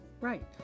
Right